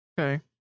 Okay